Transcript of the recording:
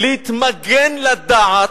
להתמגן לדעת,